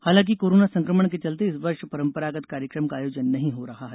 हालांकि कोरोना संकमण के चलते इस वर्ष परंपरागत कार्यक्रम का आयोजन नहीं हो रहा है